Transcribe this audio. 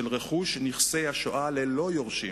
רכוש נכסי השואה ללא יורשים,